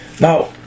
Now